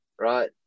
right